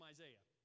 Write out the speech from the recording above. Isaiah